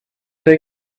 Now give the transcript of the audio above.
they